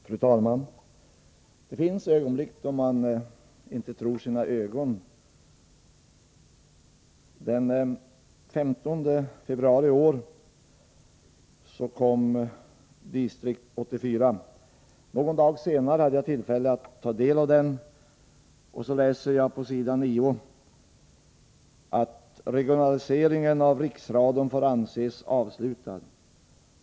Fru talman! Det finns ögonblick då man inte tror sina ögon. Den 15 februari i år kom Distrikt 84. Någon dag senare fick jag tillfälle att ta del av den utredningen. Där läste jag på s. 9: ” ”Regionaliseringen” av riksradion får anses avslutad.